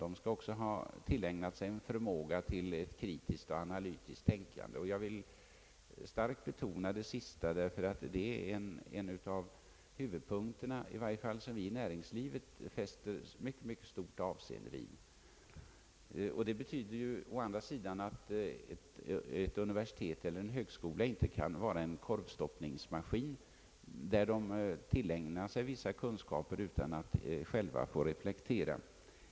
De skall också ha tillägnat sig förmåga till kritiskt och analytiskt tänkande. Jag vill betona det sista, ty det är en av huvudpunkterna, som vi i näringslivet fäster mycket stort avseende vid. Det betyder att ett universitet eller en högskola inte bara får vara en »korvstoppningsmaskin», där de studerande tillägnar sig vissa kunskaper utan att själva få reflektera.